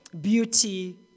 beauty